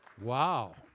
Wow